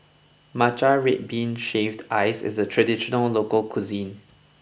Matcha Red Bean Shaved Ice is a traditional local cuisine